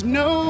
no